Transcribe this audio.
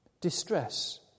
distress